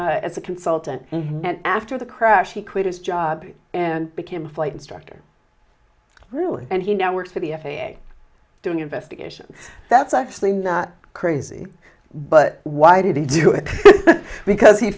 as a consultant after the crash he quit his job and became a flight instructor really and he now works for the f a a doing investigation that's actually not crazy but why did he do it because he